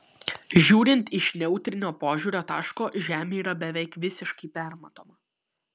žiūrint iš neutrino požiūrio taško žemė yra beveik visiškai permatoma